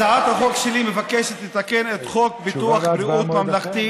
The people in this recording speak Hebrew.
הצעת החוק שלי מבקשת לתקן את חוק בריאות ממלכתי,